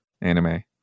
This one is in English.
anime